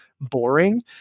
boring